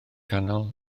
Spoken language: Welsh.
canol